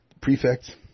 prefects